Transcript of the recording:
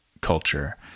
culture